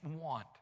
want